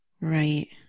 Right